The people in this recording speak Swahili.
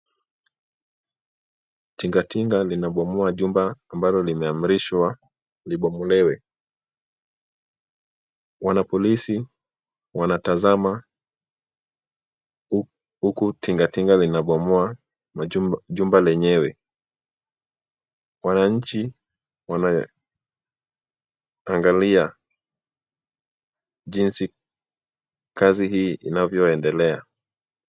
Tingatinga linabomoa jumba ambalo limeamrishwa libomolewa. Wanapolisi wanatazama huku tingatinga linabomoa jumba lenyewe. Wananchi wanaangalia jinsi hii kazi inaendelea.